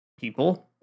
people